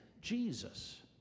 Jesus